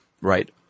right